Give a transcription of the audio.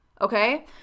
okay